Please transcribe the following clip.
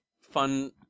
fun